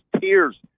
tears